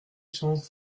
champs